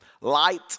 Light